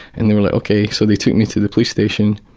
and they were like ok, so they took me to the police station.